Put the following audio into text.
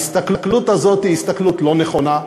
ההסתכלות הזאת היא הסתכלות לא נכונה.